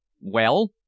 Well